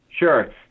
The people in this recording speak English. Sure